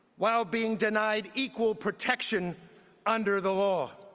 while being denied equal protection under the law.